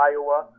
Iowa